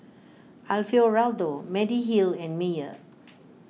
Alfio Raldo Mediheal and Mayer